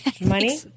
money